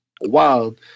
wild